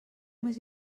més